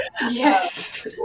Yes